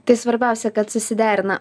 tai svarbiausia kad susiderina